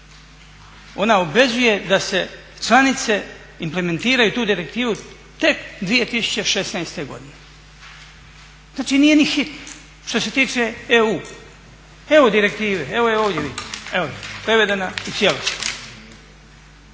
ona obvezuje da se članice implementiraju tu direktivu tek 2016.godine. Znači nije ni hitno što se tiče EU. Evo direktive, evo prevedena u cijelosti.